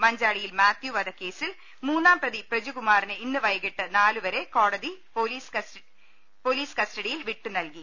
മഞ്ചാടിയിൽ മാത്യു വധക്കേസിൽ മൂന്നാംപ്രതി പ്രജു കുമാറിനെ ഇന്ന് വൈകീട്ട് നാലു വരെ കോടതി പൊലീസ് കസ്റ്റ ഡിയിൽ വിട്ടുനൽകി